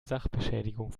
sachbeschädigung